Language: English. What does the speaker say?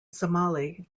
somali